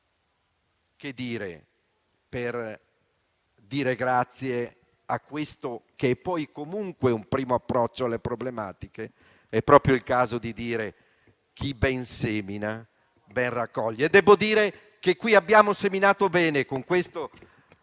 che dire per ringraziare quello che è poi comunque un primo approccio alle problematiche? È proprio il caso di dire che chi ben semina ben raccoglie.